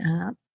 up